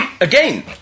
again